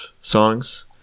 songs